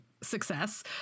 success